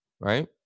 Right